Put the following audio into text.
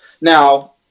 now